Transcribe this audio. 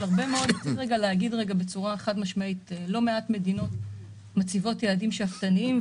אבל צריך להגיד בצורה חד-משמעית: לא מעט מדינות מציבות יעדים שאפתניים,